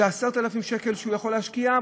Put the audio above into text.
וזה 10,000 שקל שהוא יכול להשקיע,